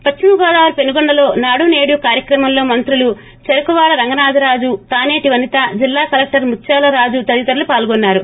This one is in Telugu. పశ్చిమ గోదావరి పెనుగొండలో నాడు సేడు కార్యక్రమంలో మంత్రులు చెరుకువాడ రంగనాథ రాజు తాసేటి వనిత జిల్లా కలెక్లర్ ముత్యాల రాజులు తదితరులు పాల్గొన్నారు